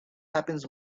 happens